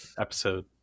episode